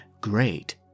great